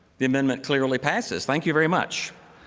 the amendment clearly passes. thank you very much.